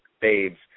Babes